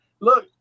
look